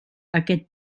aquest